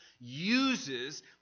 uses